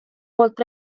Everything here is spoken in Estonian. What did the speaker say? poolt